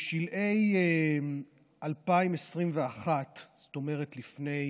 בשלהי 2021, זאת אומרת לפני